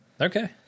Okay